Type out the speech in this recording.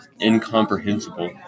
incomprehensible